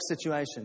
situation